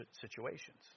situations